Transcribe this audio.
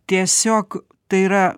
tiesiog tai yra